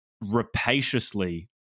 rapaciously